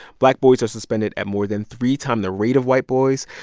black boys are suspended at more than three time the rate of white boys,